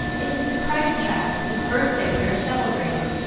it is the christ-child, whose birthday we are celebrating.